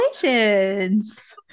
Congratulations